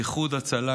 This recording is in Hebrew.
באיחוד הצלה,